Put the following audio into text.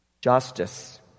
Justice